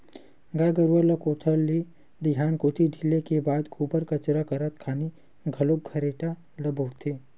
गाय गरुवा ल कोठा ले दईहान कोती ढिले के बाद गोबर कचरा करत खानी घलोक खरेटा ल बउरथे